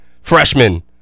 freshman